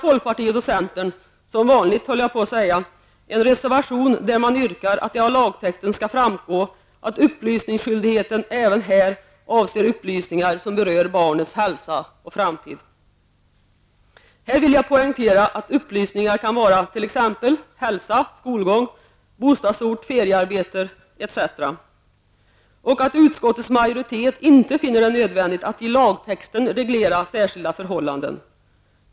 Folkpartiet och centern har, som vanligt höll jag på att säga, en reservation där man yrkar att det av lagtexten skall framgå att upplysningsskyldigheten även här avser upplysningar som berör barnens hälsa och framtid. Upplysningar kan gälla hälsa, skolgång, bostadsort, feriearbete etc. Jag vill poängtera att utskottets majoritet inte finner det nödvändigt att i lagtexten reglera särskilda förhållanden.